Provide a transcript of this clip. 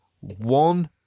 one